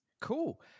cool